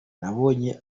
nabonye